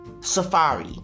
Safari